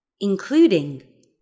including